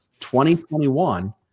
2021